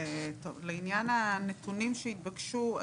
לעניין הנתונים שהתבקשו,